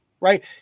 right